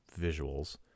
visuals